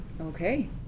Okay